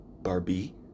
Barbie